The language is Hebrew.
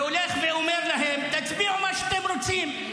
והולך ואומר להם: תצביעו מה שאתם רוצים,